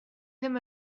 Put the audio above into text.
ddim